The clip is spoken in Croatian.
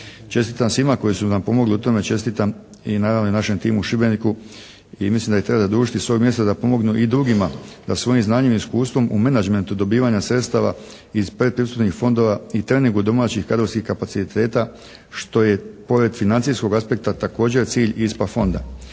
Čestitam svima koji su nam pomogli u tome. Čestitam i naravno našem timu u Šibeniku i mislim da ih treba zadužiti s ovog mjesta da pomognu i drugima da svojim znanjem i iskustvom u menagementu dobivanja sredstava iz predpristupnih fondova i treningu domaćih kadrovskih kapaciteta što je pored financijskog aspekta također cilj ISPA fonda.